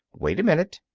wait a minute!